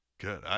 Good